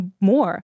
more